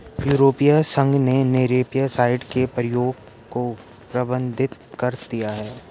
यूरोपीय संघ ने नेमेटीसाइड के प्रयोग को प्रतिबंधित कर दिया है